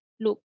look